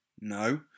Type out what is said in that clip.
no